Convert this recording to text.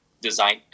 design